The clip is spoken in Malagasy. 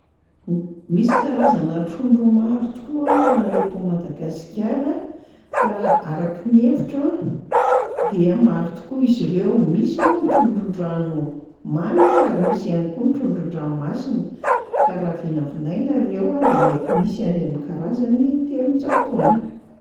M- misy karazana trondro maro tokoa raha eto Madagasikara ka raha araky ny hevitro a dia maro tokoa izy reo. Misy moa ny trondron-drano mamy ary misy ihany koa ny trondron-dranomasina ka raha vinavinaina reo de mety misy any am'karazany telonjato any.